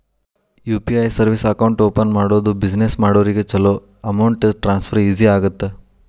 UPI service account open ಮಾಡೋದು business ಮಾಡೋರಿಗ ಚೊಲೋ ಅಮೌಂಟ್ ಟ್ರಾನ್ಸ್ಫರ್ ಈಜಿ ಆಗತ್ತ